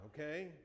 okay